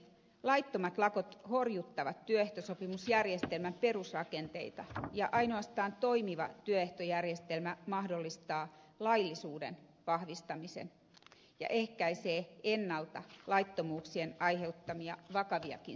laittomat lakot horjuttavat työehtosopimusjärjestelmän perusrakenteita ja ainoastaan toimiva työehtojärjestelmä mahdollistaa laillisuuden vahvistamisen ja ehkäisee ennalta laittomuuksien aiheuttamia vakaviakin seurauksia